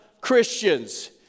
Christians